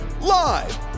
live